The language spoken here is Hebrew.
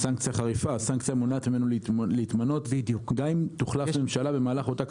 הסנקציה היא שגם אם תוחלף ממשלה במהלך אותה קדנציה,